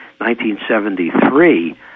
1973